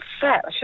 fat